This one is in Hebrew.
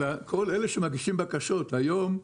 אלא כל אלה שמגישים בקשות היום,